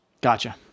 Gotcha